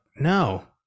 no